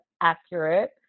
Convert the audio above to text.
accurate